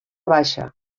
baixa